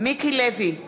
מיקי לוי,